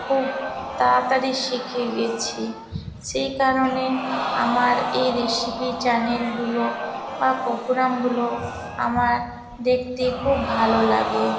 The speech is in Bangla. খুব তাড়াতাড়ি শিখে গেছি সেই কারণে আমার এই রেসিপি চ্যানেলগুলো বা প্রোগ্রামগুলো আমার দেখতে খুব ভালো লাগে